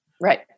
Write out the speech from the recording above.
Right